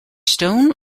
stone